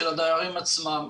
של הדיירים עצמם.